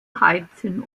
heizen